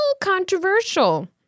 controversial